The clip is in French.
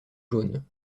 jaune